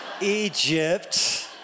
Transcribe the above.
Egypt